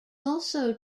also